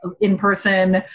in-person